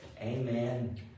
amen